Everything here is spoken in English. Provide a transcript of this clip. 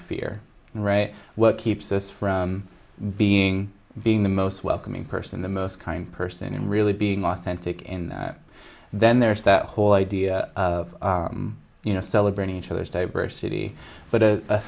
and right what keeps us from being being the most welcoming person the most kind person and really being authentic in then there's that whole idea of you know celebrating each other's diversity but a